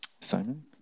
Simon